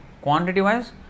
Quantity-wise